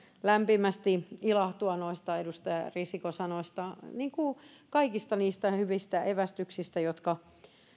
lämpimästi ilahtua noista edustaja risikon sanoista niin kuin kaikista niistä hyvistä evästyksistä jotka